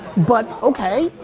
but okay,